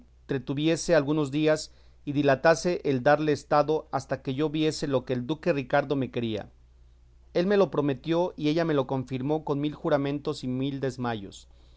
entretuviese algunos días y dilatase el darle estado hasta que yo viese lo que ricardo me quería él me lo prometió y ella me lo confirmó con mil juramentos y mil desmayos